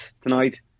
tonight